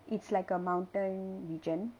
it's like a mountain region